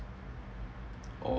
or